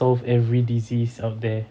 solve every disease out there